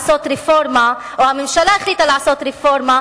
הממשלה החליטה לעשות רפורמה,